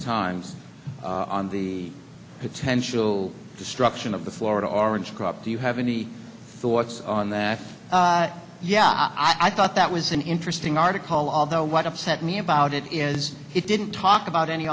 times on the potential destruction of the florida orange crop do you have any thoughts on that yeah i thought that was an interesting article although what upset me about it is it didn't talk about any